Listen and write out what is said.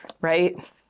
right